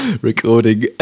recording